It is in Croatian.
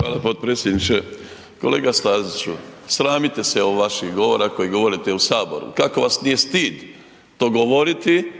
Hvala potpredsjedniče. Kolega Staziću, sramite se ovog vašeg govora kojeg govorite u Saboru. Kako vas nije stid to govoriti